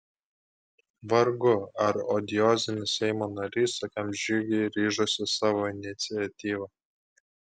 vargu ar odiozinis seimo narys tokiam žygiui ryžosi savo iniciatyva